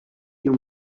you